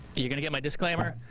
but you can get my disclaimer,